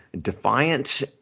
defiant